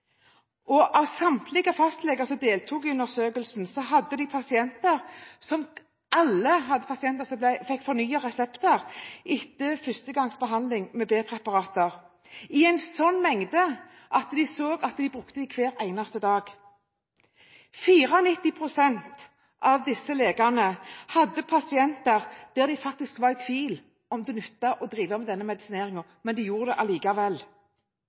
og samtlige av fastlegene som deltok i undersøkelsen, hadde pasienter som fikk fornyet resepter etter førstegangsbehandling med B-preparater – i en så stor mengde at de så at pasientene brukte dem hver eneste dag. 94 pst. av disse legene hadde pasienter der de faktisk var i tvil om det nyttet å drive med denne medisineringen, men de gjorde det allikevel.